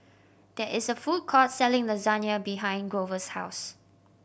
there is a food court selling Lasagne behind Grover's house